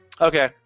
Okay